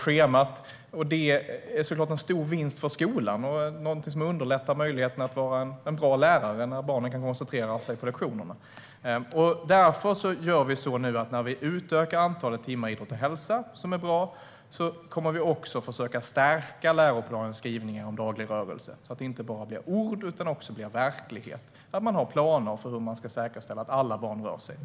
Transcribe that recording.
Det är såklart en stor vinst för skolan eftersom det underlättar möjligheten att vara en bra lärare när barnen kan koncentrera sig på lektionerna. När vi nu utökar antalet timmar i idrott och hälsa kommer vi också att försöka stärka läroplanens skrivningar om daglig rörelse så att det inte bara blir ord utan också verklighet och så att man har planer för hur man ska säkerställa att alla barn rör sig.